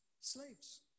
slaves